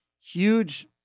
huge